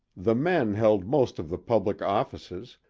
the men held most of the public offices,